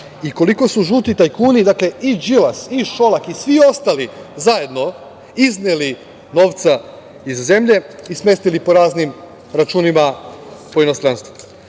i koliko su žuti tajkuni, dakle, i Đilas i Šolak i svi ostali zajedno izneli novca iz zemlje i smestili po raznim računima po inostranstvu. Takođe,